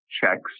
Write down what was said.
checks